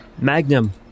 Magnum